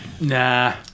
Nah